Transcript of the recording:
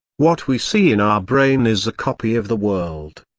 what we see in our brain is a copy of the world.